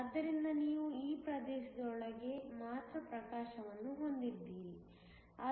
ಆದ್ದರಿಂದ ನೀವು ಈ ಪ್ರದೇಶದೊಳಗೆ ಮಾತ್ರ ಪ್ರಕಾಶವನ್ನು ಹೊಂದಿದ್ದೀರಿ